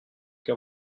que